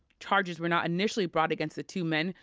charges were not initially brought against the two men,